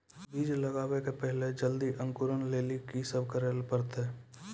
बीज लगावे के पहिले जल्दी अंकुरण लेली की सब करे ले परतै?